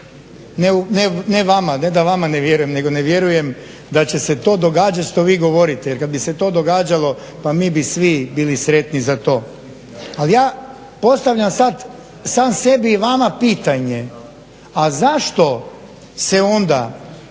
Ne vama, ne da vama ne vjerujem nego ne vjerujem da će se to događat što vi govorite. Jer kada bi se to događalo pa mi bi svi bili sretni za to. Ali ja postavljam sad sam sebi i vama pitanje a zašto se onda